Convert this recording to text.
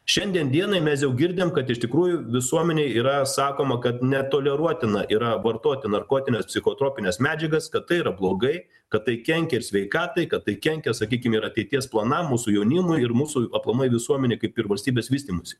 šiandien dienai mes jau girdim kad iš tikrųjų visuomenėj yra sakoma kad netoleruotina yra vartoti narkotines psichotropines medžiagas kad tai yra blogai kad tai kenkia sveikatai kad tai kenkia sakykim ir ateities planam mūsų jaunimui ir mūsų aplamai visuomenei kaip ir valstybės vystymuisi